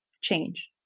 change